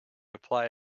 apply